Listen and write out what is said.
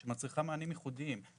שמצריכים מענים ייחודיים.